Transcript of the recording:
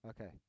okay